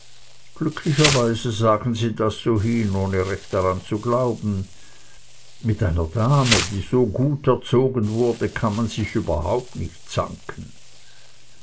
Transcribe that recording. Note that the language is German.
glücklicherweise sagen sie das so hin ohne recht dran zu glauben mit einer dame die so gut erzogen wurde kann man sich überhaupt nicht zanken